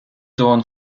dawn